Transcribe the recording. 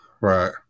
right